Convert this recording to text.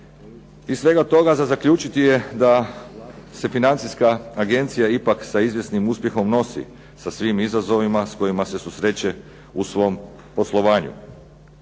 Iz svega toga za zaključiti je da se Financijska agencija ipak sa izvjesnim uspjehom nosi sa svim izazovima sa kojima se susreće u svom poslovanju.